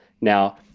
now